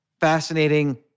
fascinating